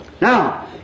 Now